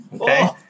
Okay